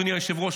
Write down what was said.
אדוני היושב-ראש,